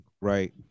right